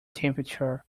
temperature